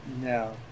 No